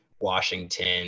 Washington